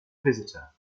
visitor